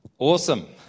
Awesome